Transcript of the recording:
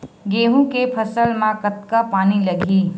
गेहूं के फसल म कतका पानी लगही?